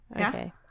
Okay